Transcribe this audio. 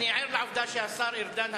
אני ער לעובדה שהשר ארדן,